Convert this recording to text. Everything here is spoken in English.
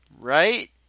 Right